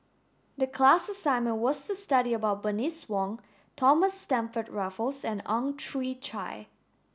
the class assignment was to study about Bernice Wong Thomas Stamford Raffles and Ang Chwee Chai